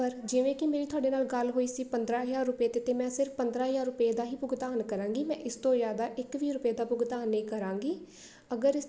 ਪਰ ਜਿਵੇਂ ਕਿ ਮੇਰੀ ਤੁਹਾਡੇ ਨਾਲ ਗੱਲ ਹੋਈ ਸੀ ਪੰਦਰ੍ਹਾਂ ਹਜ਼ਾਰ ਰੁਪਏ 'ਤੇ ਅਤੇ ਮੈਂ ਸਿਰਫ ਪੰਦਰ੍ਹਾਂ ਹਜ਼ਾਰ ਰੁਪਏ ਦਾ ਹੀ ਭੁਗਤਾਨ ਕਰਾਂਗੀ ਮੈਂ ਇਸ ਤੋਂ ਜ਼ਿਆਦਾ ਇੱਕ ਵੀ ਰੁਪਏ ਦਾ ਭੁਗਤਾਨ ਨਹੀਂ ਕਰਾਂਗੀ ਅਗਰ